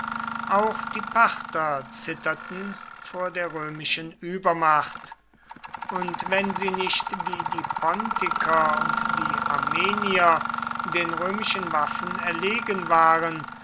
auch die parther zitterten vor der römischen übermacht und wenn sie nicht wie die pontiker und die armenier den römischen waffen erlegen waren